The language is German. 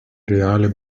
reale